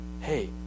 Hey